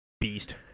beast